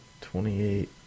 Twenty-eight